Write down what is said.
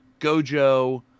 Gojo –